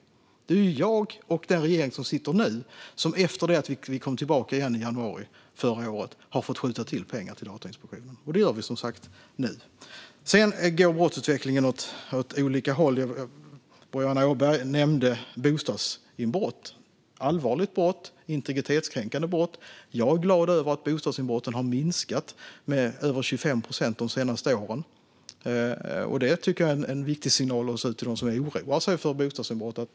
Det är jag och den regering som sitter nu som har fått skjuta till pengar till Datainspektionen efter att vi kom tillbaka i januari förra året. Och det gör vi som sagt nu. Sedan går brottsutvecklingen åt olika håll. Boriana Åberg nämnde bostadsinbrott. Det är allvarliga och integritetskränkande brott. Jag är glad över att bostadsinbrotten har minskat med över 25 procent de senaste åren. Det tycker jag också är en viktig signal till dem som oroar sig för bostadsinbrott.